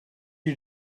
you